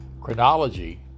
chronology